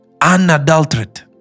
Unadulterate